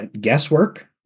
guesswork